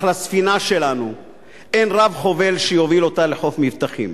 אך לספינה שלנו אין רב-חובל שיוביל אותה לחוף מבטחים.